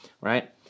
right